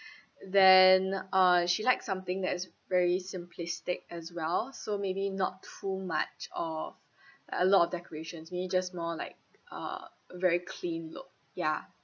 then uh she likes something that is very simplistic as well so maybe not too much of a lot of decorations maybe just more like a very clean look ya